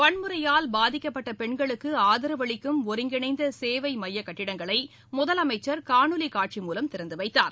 வன்முறையால் பாதிக்கப்பட்ட பெண்களுக்கு ஆதரவளிக்கும் ஒருங்கிணைந்த சேவை மைய கட்டிடங்களை முதலமைச்சர் காணொலி காட்சி மூலம் திறந்து வைத்தார்